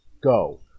Go